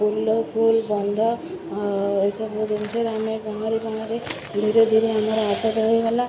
ଫୁଲ ଫୁଲ ବନ୍ଧ ଏସବୁ ଜିନିଷରେ ଆମେ ପହଁରି ପହଁରି ଧୀରେ ଧୀରେ ଆମର ଆଦତ ହେଇଗଲା